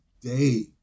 day